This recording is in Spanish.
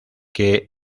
que